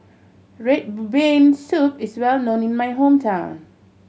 red bean soup is well known in my hometown